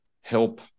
help